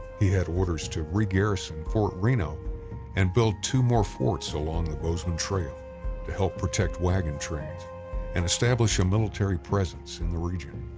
he had orders to re-garrison fort reno and build two more forts along the bozeman trail to help protect wagon trains and establish a military presence in the region.